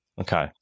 Okay